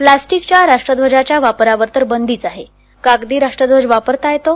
प्लस्टिकच्या राष्ट्रध्वजाच्या वापरावर तर बंदीच आहे कागदी राष्ट्रध्वज वापरता येतो